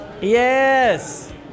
Yes